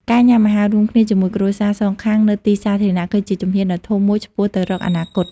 ការញ៉ាំអាហាររួមគ្នាជាមួយគ្រួសារសងខាងនៅទីសាធារណៈ គឺជាជំហានដ៏ធំមួយឆ្ពោះទៅរកអនាគត។